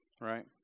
Right